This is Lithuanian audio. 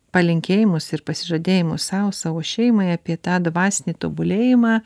palinkėjimus ir pasižadėjimus sau savo šeimai apie tą dvasinį tobulėjimą